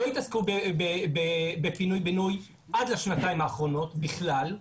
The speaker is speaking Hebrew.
לא התעסקו בפינוי בינוי עד לשנתיים האחרונות בכלל,